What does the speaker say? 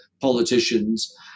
politicians